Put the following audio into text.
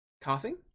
Coughing